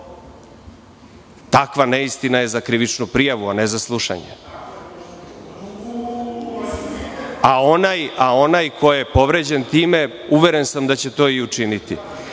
Takva neistina je za krivičnu prijavu, a ne za slušanje. Onaj ko je time povređen, uveren sam da će to i učiniti,